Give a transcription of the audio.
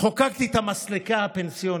חוקקתי את המסלקה הפנסיונית.